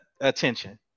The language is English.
attention